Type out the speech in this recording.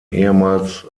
ehemals